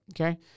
Okay